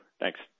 Thanks